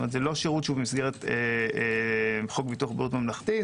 זה לא שירות במסגרת חוק ביטוח בריאות ממלכתי.